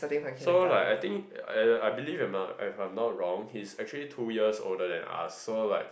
so like I think I I I believe if I'm if I'm not wrong he's actually two years older than us so like